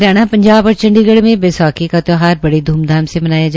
हरियाणा पंजाब और चंडीगढ़ में बैसाखी का त्यौहार बड़े ध्रमधाम से मनाया जा रहा है